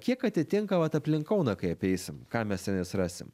kiek atitinka vat aplink kauną kai apeisim ką mes tenai surasim